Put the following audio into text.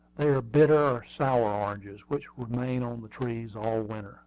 they are bitter or sour oranges, which remain on the trees all winter